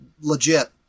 legit